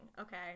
okay